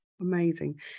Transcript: Amazing